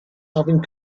having